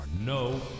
no